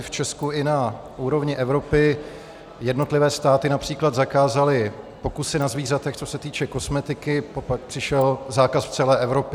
V Česku i na úrovni Evropy jednotlivé státy například zakázaly pokusy na zvířatech, co se týče kosmetiky, pak přišel zákaz v celé Evropě.